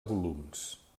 volums